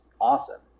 awesome